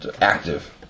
active